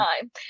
time